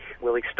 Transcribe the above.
Willie